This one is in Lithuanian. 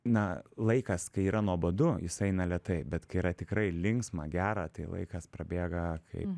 na laikas kai yra nuobodu jis eina lėtai bet kai yra tikrai linksma gera tai laikas prabėga kaip